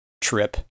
trip